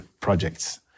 projects